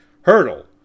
hurdle